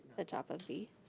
the top of b.